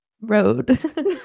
road